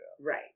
Right